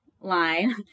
line